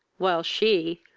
while she,